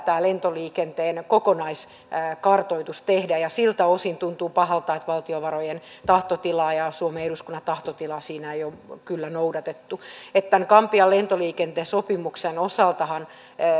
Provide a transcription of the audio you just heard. tämä lentoliikenteen kokonaiskartoitus tehdä siltä osin tuntuu pahalta että valtiovarojen tahtotilaa ja suomen eduskunnan tahtotilaa siinä ei ole kyllä noudatettu tämän gambian lentoliikenteen sopimuksen osaltahan